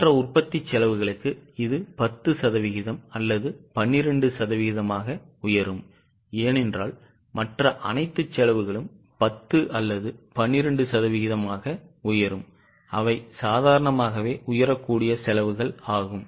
மற்ற உற்பத்தி செலவுகளுக்கு இது 10 சதவிகிதம் அல்லது 12 சதவிகிதமாக உயரும் ஏனென்றால் மற்ற அனைத்து செலவுகளும் 10 அல்லது 12 சதவிகிதம் ஆக உயரும் அவை சாதாரணமாகவே உயரக்கூடிய செலவுகள் ஆகும்